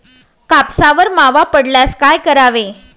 कापसावर मावा पडल्यास काय करावे?